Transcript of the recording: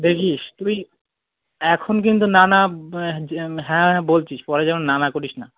দেখিস তুই এখন কিন্তু না না হ্যাঁ হ্যাঁ বলছিস পরে যেন না না করিস না